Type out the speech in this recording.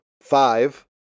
five